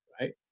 right